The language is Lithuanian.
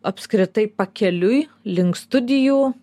apskritai pakeliui link studijų